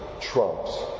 trumps